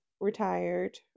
retired